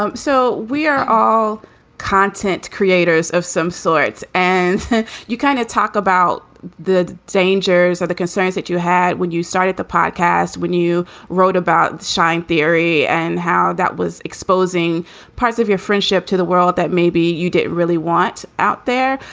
um so we are all content creators of some sorts. and you kind of talk about the dangers or the concerns that you had when you started the podcast, when you wrote about the theory and how that was exposing parts of your friendship to the world that maybe you didn't really want out there.